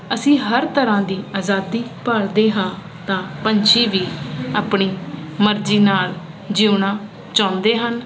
ਅਸੀਂ ਹਰ ਤਰ੍ਹਾਂ ਦੀ ਅਜਾਦੀ ਭਾਲਦੇ ਹਾਂ ਤਾਂ ਪੰਛੀ ਵੀ ਆਪਣੀ ਮਰਜੀ ਨਾਲ ਜਿਉਣਾ ਚਾਉਂਦੇ ਹਨ